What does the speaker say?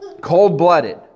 Cold-blooded